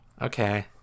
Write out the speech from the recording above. okay